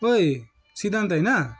ओइ सिद्धान्त होइन